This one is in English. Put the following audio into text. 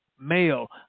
male